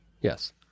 yes